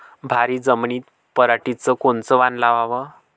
भारी जमिनीत पराटीचं कोनचं वान लावाव?